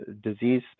disease